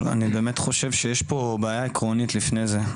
אבל אני באמת חושב שיש פה בעיה עקרונית לפני זה.